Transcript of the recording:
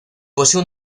posee